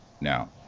now